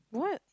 what